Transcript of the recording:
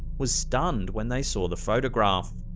was stunned when they saw the photograph.